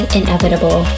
inevitable